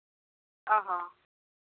ᱚ ᱦᱚᱸ